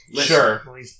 Sure